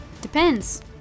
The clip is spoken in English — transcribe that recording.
Depends